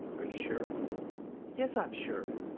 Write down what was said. are you sure yes, i'm sure!